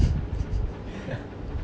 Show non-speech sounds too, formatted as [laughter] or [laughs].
[laughs]